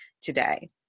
today